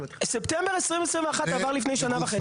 ספטמבר 2021 עבר לפני שנה וחצי.